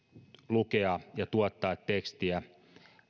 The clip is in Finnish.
lukea ja tuottaa tekstiä